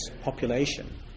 population